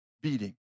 beating